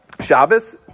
Shabbos